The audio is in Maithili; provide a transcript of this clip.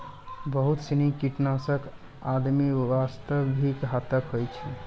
बहुत सीनी कीटनाशक आदमी वास्तॅ भी घातक होय छै